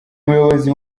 muyobozi